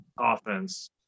offense